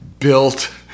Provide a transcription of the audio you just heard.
built